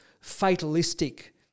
fatalistic